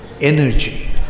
energy